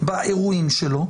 באירועים שלו,